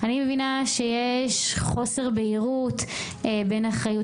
אני מבינה שיש חוסר בהירות בין אחריות